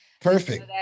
Perfect